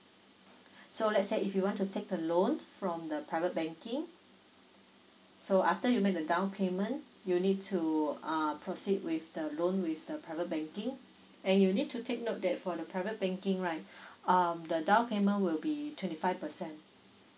so let's say if you want to take the loan from the private banking so after you make the down payment you need to uh proceed with the loan with the private banking and you need to take note that for the private banking right um the down payment will be twenty five percent